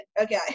okay